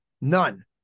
none